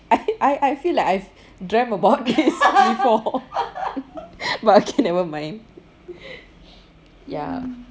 I I feel like I've dreamt about this before but okay nevermind ya